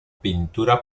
pintura